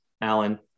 Alan